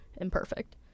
imperfect